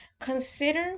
consider